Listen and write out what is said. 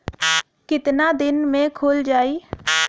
कितना दिन में खुल जाई?